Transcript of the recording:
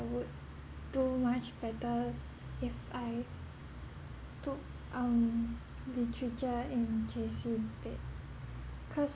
I would do much better if I took um literature in J_C instead cause